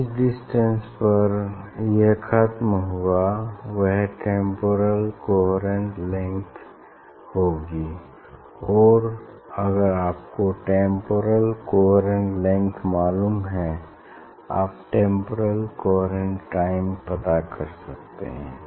जिस डिस्टेंस पर यह ख़त्म होगा वह टेम्पोरल कोहेरेंट लेंथ होगी और अगर आपको टेम्पोरल कोहेरेंट लेंग्थ मालूम है आप टेम्पोरल कोहेरेंट टाइम पता कर सकते हैं